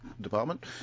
department